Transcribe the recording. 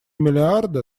миллиарда